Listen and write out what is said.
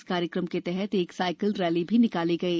इस कार्यक्रम के तहत एक साइकिल रैली निकाली गई